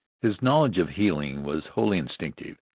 his knowledge of healing was wholly instinctive.